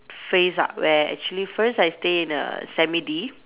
phase ah where actually first I stay in a semi D